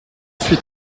suis